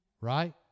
right